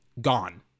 gone